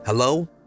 Hello